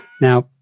Now